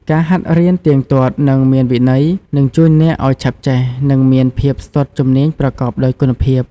ការហាត់រៀនទៀងទាត់ និងមានវិន័យ នឹងជួយអ្នកឱ្យឆាប់ចេះ និងមានភាពស្ទាត់ជំនាញប្រកបដោយគុណភាព។